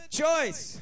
choice